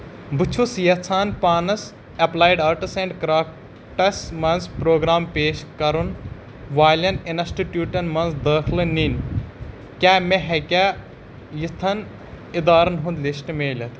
بہٕ چھُس یژھان پانَس ایٚپلایڈ آرٹس اینٛڈ کرٛافٹس مَنٛز پروگرام پیش کرُن والٮ۪ن انسٹِٹیوٗٹن مَنٛز دٲخلہٕ نِنۍ کیاہ مےٚ ہیٚکیا یِتھیٚن اِدارن ہُنٛد لسٹ مِلتھ